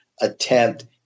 attempt